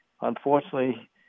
unfortunately—